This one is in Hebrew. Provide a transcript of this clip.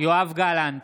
יואב גלנט,